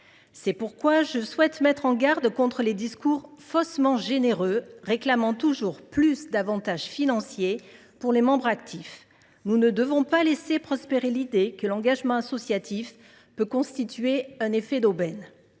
C’est pourquoi je souhaite mettre en garde contre les discours faussement généreux, réclamant toujours plus d’avantages financiers pour les membres actifs. Nous ne devons pas laisser prospérer l’idée que l’engagement associatif peut constituer un effet d’aubaine.